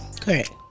Correct